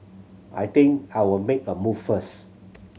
I think I'll make a move first